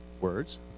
words